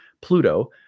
Pluto